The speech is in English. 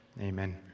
Amen